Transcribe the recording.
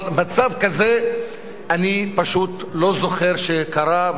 אבל מצב כזה אני פשוט לא זוכר שקרה,